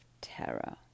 terror